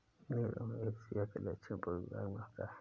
नीलकमल Asia के दक्षिण पूर्वी भाग में होता है